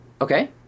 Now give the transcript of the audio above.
Okay